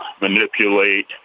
manipulate